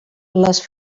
les